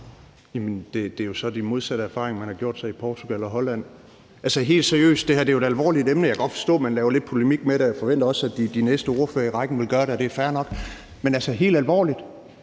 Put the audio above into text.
det er jo så de modsatte erfaringer, man har gjort sig i Portugal og Holland. Det her er jo et alvorligt emne, og jeg kan godt forstå, at man laver lidt polemik med det, og jeg forventer også, at de næste spørgere i rækken vil gøre det, og det er fair nok. Men altså helt alvorligt: